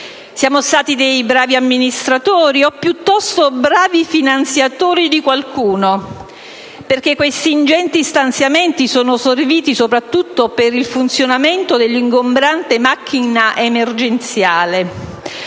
Siamo stati bravi amministratori o piuttosto bravi finanziatori di qualcuno? Perché questi ingenti stanziamenti sono serviti soprattutto per il funzionamento dell'ingombrante macchina emergenziale.